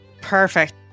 Perfect